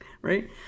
Right